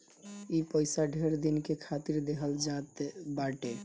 ई पइसा ढेर दिन के खातिर देहल जात बाटे